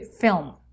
film